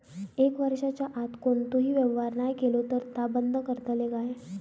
एक वर्षाच्या आत कोणतोही व्यवहार नाय केलो तर ता बंद करतले काय?